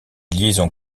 liaisons